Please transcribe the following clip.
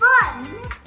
fun